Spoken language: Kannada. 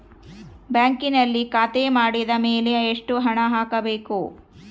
ಬ್ಯಾಂಕಿನಲ್ಲಿ ಖಾತೆ ಮಾಡಿದ ಮೇಲೆ ಎಷ್ಟು ಹಣ ಹಾಕಬೇಕು?